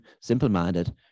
simple-minded